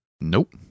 Nope